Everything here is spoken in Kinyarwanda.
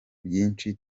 byinshi